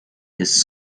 his